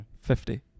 Fifty